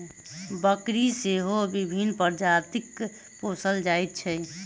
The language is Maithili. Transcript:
बकरी सेहो विभिन्न प्रजातिक पोसल जाइत छै